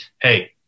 hey